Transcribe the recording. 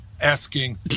asking